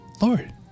Lord